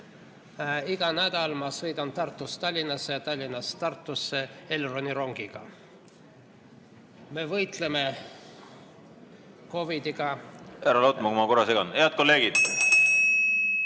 Iga nädal ma sõidan Tartust Tallinnasse ja Tallinnast Tartusse Elroni rongiga. Me võitleme COVID‑iga ... Härra Lotman! Ma korra segan. Head kolleegid!